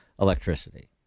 electricity